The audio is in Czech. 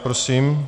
Prosím.